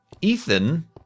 Ethan